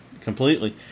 completely